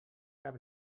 cap